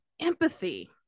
empathy